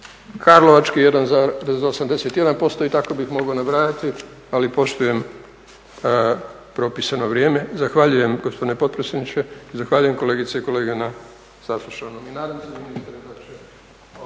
Karlovačke 1,81%. I tako bih mogao nabrajati, ali poštujem propisano vrijeme. Zahvaljujem gospodine potpredsjedniče, zahvaljujem kolegice i kolege na saslušanom.